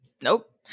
nope